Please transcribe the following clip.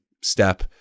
step